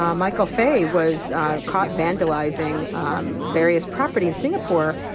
um michael fay was caught vandalizing um various property in singapore.